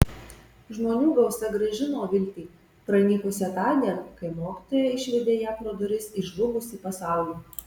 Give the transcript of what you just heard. žmonių gausa grąžino viltį pranykusią tądien kai mokytoja išvedė ją pro duris į žlugusį pasaulį